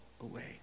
away